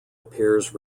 appears